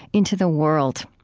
into the world.